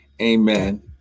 Amen